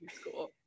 school